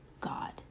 God